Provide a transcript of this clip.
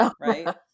Right